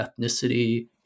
ethnicity